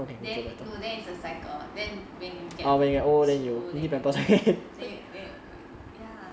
then no then it's a cycle when when you get super older then you then you true right ya